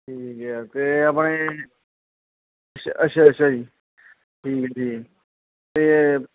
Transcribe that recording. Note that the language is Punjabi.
ਠੀਕ ਆ ਅਤੇ ਆਪਣੇ ਅੱਛ ਅੱਛਾ ਅੱਛਾ ਜੀ ਠੀਕ ਠੀਕ ਅਤੇ